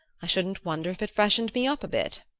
i shouldn't wonder if it freshened me up a bit.